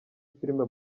filime